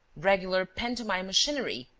regular pantomime machinery!